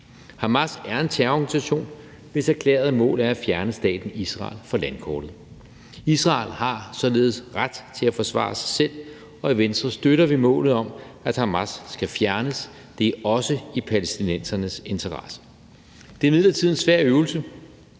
Hamas er en terrororganisation, hvis erklærede må er at fjerne staten Israel fra landkortet. Israel har således ret til at forsvare selv, og i Venstre støtter vi målet om, at Hamas skal fjernes. Det er også i palæstinensernes interesse. Det er imidlertid en svær øvelse.